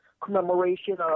commemoration